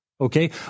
okay